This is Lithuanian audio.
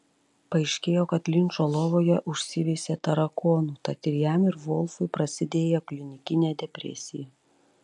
paaiškėjo kad linčo lovoje užsiveisė tarakonų tad ir jam ir volfui prasidėjo klinikinė depresija